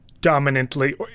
dominantly